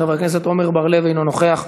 חבר הכנסת עמר בר-לב, אינו נוכח.